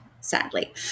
sadly